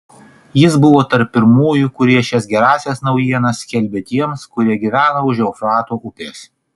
jis buvo tarp pirmųjų kurie šias gerąsias naujienas skelbė tiems kurie gyveno už eufrato upės